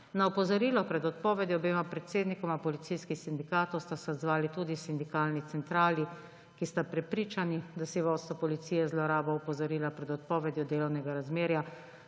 Na opozorilo pred odpovedjo obema predsednikoma policijskih sindikatov sta se odzvali tudi sindikalni centrali, ki sta prepričani, da si vodstvo Policije z zlorabo opozorila pred odpovedjo delovnega razmerja